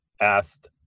asked